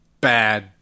bad